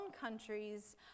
countries